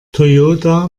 toyota